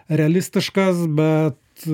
realistiškas bet